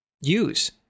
use